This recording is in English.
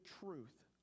truth